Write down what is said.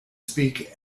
speak